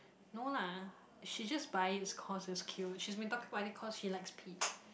no lah she just buy it cause it was cute she's been talking about it cause she likes peach